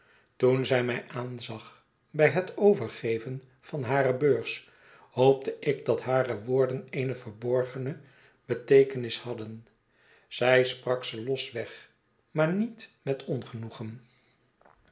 toen zij mij aanzag bij het overgeven van hare beurs hoopte ik dat hare woorden eene verborgene beteekenis hadden zij sprak ze losweg maar niet met ongenoegen